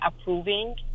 approving